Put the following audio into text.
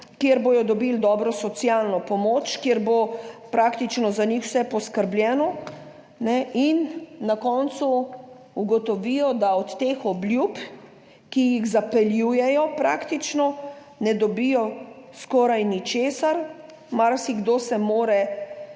kjer bodo dobili dobro socialno pomoč, kjer bo praktično za njih vse poskrbljeno in na koncu ugotovijo, da od teh obljub, ki jih zapeljujejo, praktično ne dobijo skoraj ničesar. Marsikdo se mora